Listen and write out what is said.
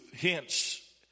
hence